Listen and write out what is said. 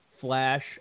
flash